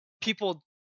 People